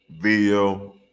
video